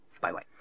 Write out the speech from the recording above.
Bye-bye